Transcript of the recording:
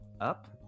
up